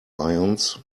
ions